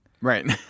Right